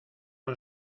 los